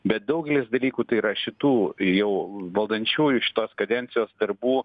bet daugelis dalykų tai yra šitų jau valdančiųjų šitos kadencijos darbų